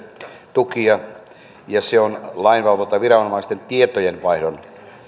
tukija se on lainvalvontaviranomaisten tietojenvaihdon